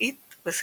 - טבעית וסינתטית.